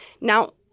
Now